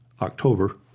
October